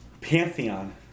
Pantheon